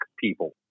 people